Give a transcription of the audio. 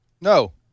No